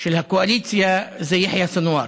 של הקואליציה זה יחיא סנוואר.